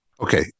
Okay